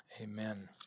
Amen